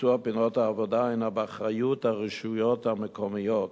והביצוע של פינות העבודה הינו באחריות הרשויות המקומיות,